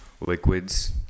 liquids